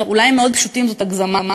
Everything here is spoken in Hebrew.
טוב, אולי "מאוד פשוטים" זאת הגזמה,